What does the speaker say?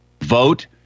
Vote